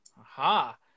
aha